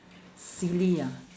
silly ah